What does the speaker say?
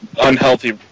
unhealthy